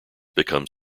become